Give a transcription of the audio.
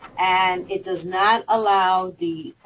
and it does not allow the,